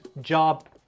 job